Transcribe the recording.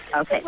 Okay